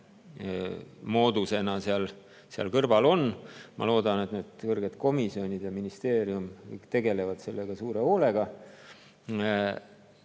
moodusena seal kõrval on. Ma loodan, et kõrged komisjonid ja ministeerium tegelevad sellega suure hoolega.